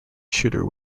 shooter